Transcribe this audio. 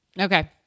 Okay